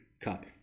cup